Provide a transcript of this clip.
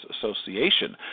Association